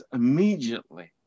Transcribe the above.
immediately